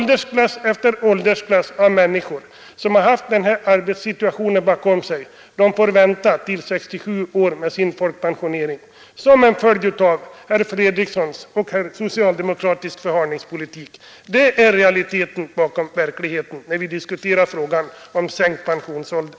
Åldersklass efter åldersklass av människor som har haft den arbetssituation jag tidigare talat om får vänta till 67 år på sin pension, detta som en följd av herr Fredrikssons och övriga socialdemokraters förhalningspolitik. Det är den bakomliggande realiteten när vi här diskuterar frågan om sänkt pensionsålder!